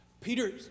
Peter